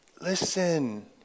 Listen